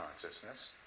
consciousness